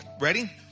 Ready